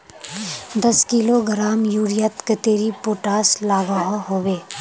दस किलोग्राम यूरियात कतेरी पोटास लागोहो होबे?